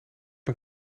een